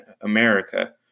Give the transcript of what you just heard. America